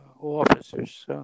officers